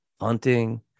hunting